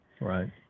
Right